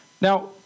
Now